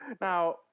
now